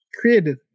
created